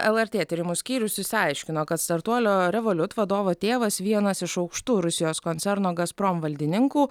lrt tyrimų skyrius išsiaiškino kad startuolio revoliut vadovo tėvas vienas iš aukštų rusijos koncerno gazprom valdininkų